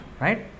right